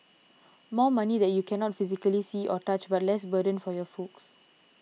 more money that you cannot physically see or touch but less burden for your folks